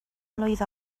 mlwydd